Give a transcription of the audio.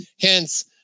Hence